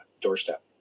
doorstep